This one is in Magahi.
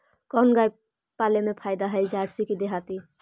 कोन गाय पाले मे फायदा है जरसी कि देहाती?